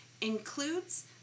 includes